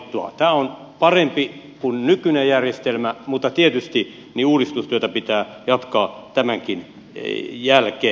tämä on parempi kuin nykyinen järjestelmä mutta tietysti uudistustyötä pitää jatkaa tämänkin jälkeen